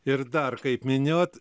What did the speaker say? ir dar kaip minėjot